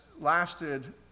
lasted